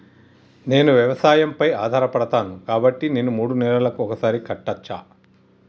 నేను వ్యవసాయం పై ఆధారపడతాను కాబట్టి నేను మూడు నెలలకు ఒక్కసారి కట్టచ్చా?